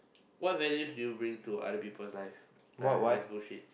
what values do you bring to other people's life uh that's bullshit